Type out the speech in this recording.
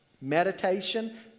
Meditation